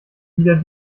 wieder